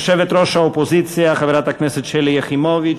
יושבת-ראש האופוזיציה חברת הכנסת שלי יחימוביץ,